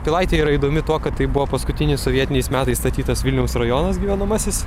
pilaitė yra įdomi tuo kad tai buvo paskutinis sovietiniais metais statytas vilniaus rajonas gyvenamasis